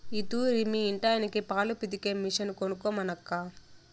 ఈ తూరి మీ ఇంటాయనకి పాలు పితికే మిషన్ కొనమనక్కా